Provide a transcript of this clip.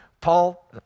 Paul